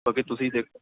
ਕਿਉਂਕਿ ਤੁਸੀਂ ਦੇਖੋ